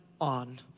on